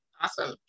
Awesome